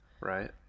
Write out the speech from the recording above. right